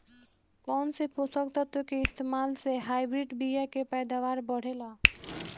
कौन से पोषक तत्व के इस्तेमाल से हाइब्रिड बीया के पैदावार बढ़ेला?